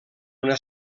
una